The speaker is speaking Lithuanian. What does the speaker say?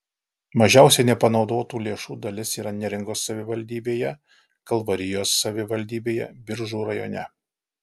mažiausia nepanaudotų lėšų dalis yra neringos savivaldybėje kalvarijos savivaldybėje biržų rajone